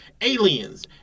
aliens